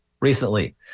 recently